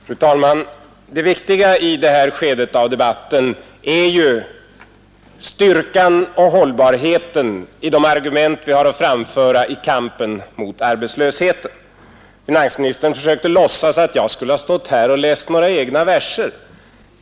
Fru talman! Det viktiga i det här skedet av debatten är ju styrkan och hållbarheten i de argument vi har att framföra i kampen mot arbetslösheten. Finansministern försökte låtsas att jag skulle ha stått här och läst egna verser.